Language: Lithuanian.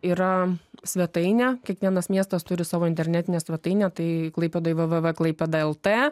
yra svetainė kiekvienas miestas turi savo internetinę svetainę tai klaipėdoje v v v klaipėda el t